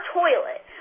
toilet